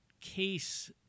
case